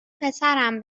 پسرم